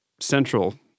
central